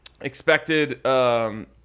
Expected